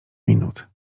minut